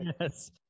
Yes